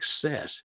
success